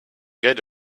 get